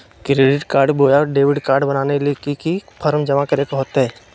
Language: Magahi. क्रेडिट कार्ड बोया डेबिट कॉर्ड बनाने ले की की फॉर्म जमा करे होते?